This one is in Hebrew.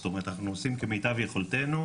זאת אומרת אנחנו עושים כמיטב יכולתנו,